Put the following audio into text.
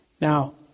Now